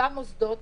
אותם מוסדות